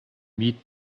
meet